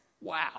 Wow